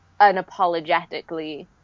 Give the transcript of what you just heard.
unapologetically